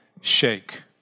shake